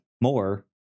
more